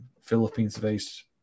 Philippines-based